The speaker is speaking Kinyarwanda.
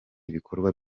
ibikorwa